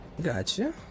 Gotcha